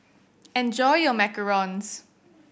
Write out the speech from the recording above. enjoy your Macarons